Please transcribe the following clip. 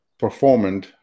performant